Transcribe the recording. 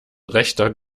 rechter